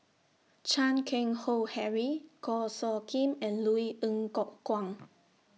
Chan Keng Howe Harry Goh Soo Khim and Louis Ng Kok Kwang